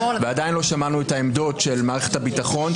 ועדיין לא שמענו את העמדות של מערכת הביטחון,